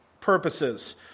purposes